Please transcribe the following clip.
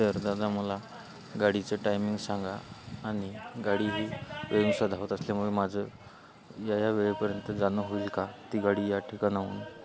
तर दादा मला गाडीचं टायमिंग सांगा आणि गाडी ही वेळेनुसार धावत असल्यामुळे माझं या या वेळेपर्यंत जाणं होईल का ती गाडी या ठिकाणाहून